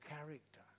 character